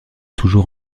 toujours